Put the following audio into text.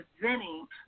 presenting